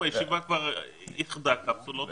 אם הישיבה כבר איחדה קפסולות,